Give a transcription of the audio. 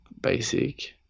basic